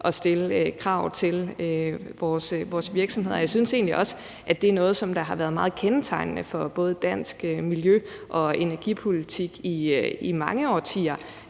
at stille krav til vores virksomheder. Jeg synes egentlig også, at det er noget, som har været meget kendetegnende for dansk både miljø- og energipolitik i mange årtier,